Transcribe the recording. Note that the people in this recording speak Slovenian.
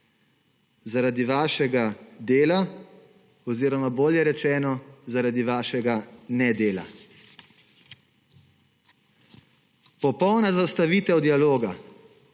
Zaradi vašega dela oziroma – bolje rečeno – zaradi vašega nedela. Popolna zaustavitev dialoga,